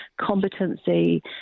competency